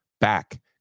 back